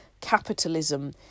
capitalism